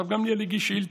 הרב גמליאל הגיש שאילתה,